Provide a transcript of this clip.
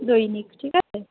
দৈনিক ঠিক আছে